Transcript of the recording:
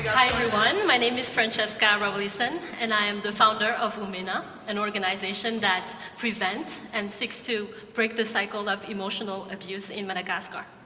hi, everyone. my name is francesca raoelison, and i am the founder of omena, an organization that prevents and seeks to break the cycle of emotional abuse in madagascar.